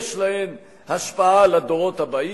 יש להן השפעה על הדורות הבאים,